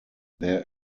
there